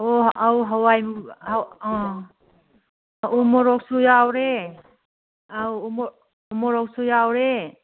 ꯑꯣ ꯑꯧ ꯍꯌꯥꯏ ꯎꯃꯣꯔꯣꯛꯁꯨ ꯌꯥꯎꯔꯦ ꯑꯧ ꯃꯣꯔꯣꯛꯁꯨ ꯌꯥꯎꯔꯦ